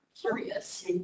curious